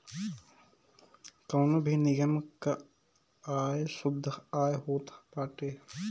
कवनो भी निगम कअ आय शुद्ध आय होत बाटे